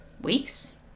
weeks